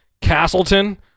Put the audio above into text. Castleton